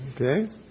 okay